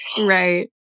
Right